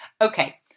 Okay